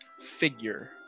figure